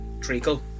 Treacle